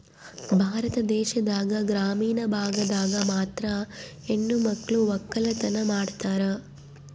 ಭಾರತ ದೇಶದಾಗ ಗ್ರಾಮೀಣ ಭಾಗದಾಗ ಮಾತ್ರ ಹೆಣಮಕ್ಳು ವಕ್ಕಲತನ ಮಾಡ್ತಾರ